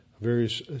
various